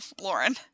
lauren